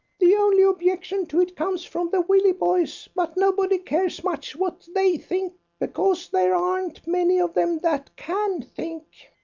the only objection to it comes from the willieboys, but nobody cares much what they think because there aren't many of them that can think.